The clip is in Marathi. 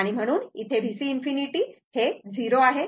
म्हणून VC∞ हे 0 आहे